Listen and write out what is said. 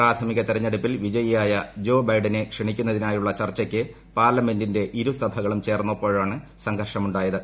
പ്രാഥമിക തെരഞ്ഞെടുപ്പിൽ വിജയിയായ ക്ഷണിക്കുന്നതിനായുള്ള ചർച്ചയ്ക്ക് പാർലമെന്റിന്റെ ഇരുസഭകളും ചേർന്നപ്പോഴാണ് സംഘർഷമുണ്ടായത്